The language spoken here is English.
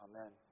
Amen